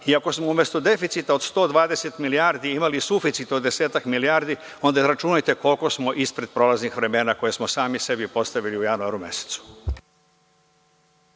i ako smo umesto deficita od 120 milijardi imali suficit od desetak milijardi, onda računajte koliko smo ispred prolaznih vremena koje smo sami sebi postavili u januaru mesecu.